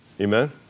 Amen